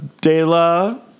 Dela